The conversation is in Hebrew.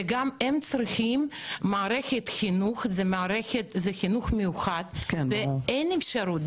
גם הם צריכים מערכת חינוך מיוחד ואין אפשרות.